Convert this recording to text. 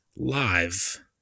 live